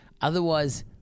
Otherwise